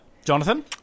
Jonathan